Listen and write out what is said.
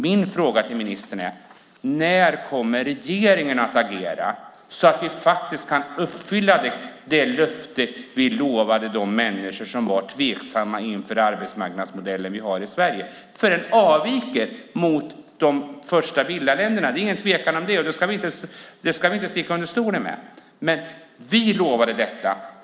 Min fråga till ministern är: När kommer regeringen att agera så att vi kan uppfylla det löfte som vi gav de människor som var tveksamma inför den arbetsmarknadsmodell som vi i Sverige har? Den avviker ju från de första bildarländernas. Det råder ingen tvekan om det, så det ska vi inte sticka under stol med.